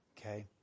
Okay